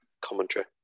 commentary